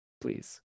please